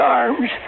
arms